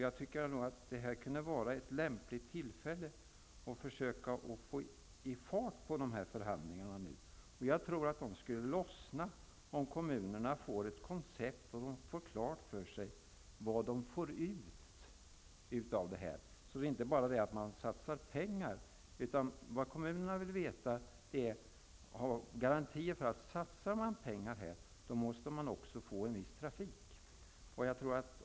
Jag tycker att detta kunde vara ett lämpligt tillfälle att nu försöka få fart på förhandlingarna. Jag tror att de skulle lossna om kommunerna ges ett koncept och får klart för sig vad de får ut av det hela. Det är inte bara fråga om att satsa pengar. Kommunerna vill få garantier för att de får en viss trafik om de satsar pengar.